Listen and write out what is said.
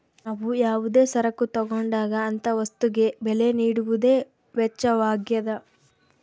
ನಾವು ಯಾವುದೇ ಸರಕು ತಗೊಂಡಾಗ ಅಂತ ವಸ್ತುಗೆ ಬೆಲೆ ನೀಡುವುದೇ ವೆಚ್ಚವಾಗ್ಯದ